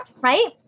right